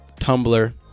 tumblr